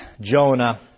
Jonah